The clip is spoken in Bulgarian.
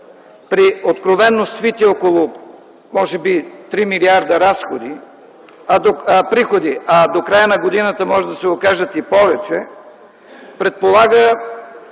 при откровено свити около може би 3 млрд. приходи, а до края на годината може да се окажат и повече, предполага